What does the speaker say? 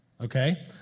okay